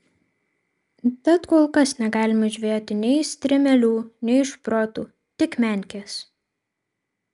tad kol kas negalima žvejoti nei strimelių nei šprotų tik menkes